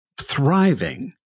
thriving